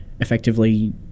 effectively